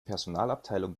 personalabteilung